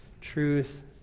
truth